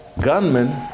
Gunmen